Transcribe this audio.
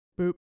boop